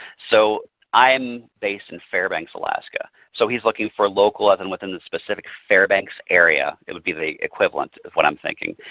so i am based in fairbanks alaska. so he is looking for local as and within the specific fairbanks area. it would be the equivalent of what i am thinking.